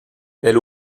elle